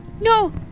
No